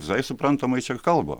visai suprantama čia kalba